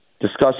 discuss